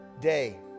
day